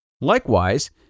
Likewise